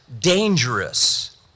dangerous